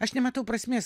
aš nematau prasmės